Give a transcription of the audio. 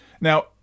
Now